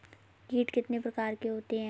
कीट कितने प्रकार के होते हैं?